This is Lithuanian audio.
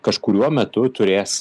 kažkuriuo metu turės